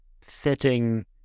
fitting